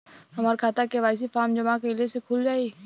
हमार खाता KYC form जमा कइले से खुल जाई?